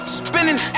spinning